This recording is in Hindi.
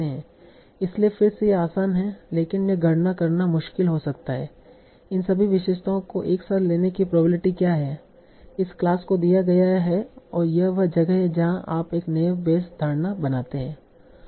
इसलिए फिर से यह आसान है लेकिन यह गणना करना मुश्किल हो सकता है इन सभी विशेषताओं को एक साथ लेने की प्रोबेबिलिटी क्या है इस क्लास को दिया गया है और यह वह जगह है जहाँ आप एक नैव बेयस धारणा बनाते हैं